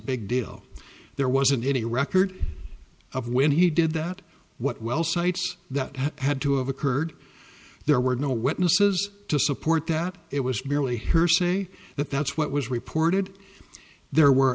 big deal there wasn't any record of when he did that what well sites that had to have occurred there were no witnesses to support that it was merely hearsay that that's what was reported there were